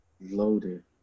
Loaded